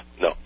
no